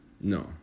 no